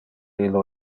illo